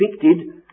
convicted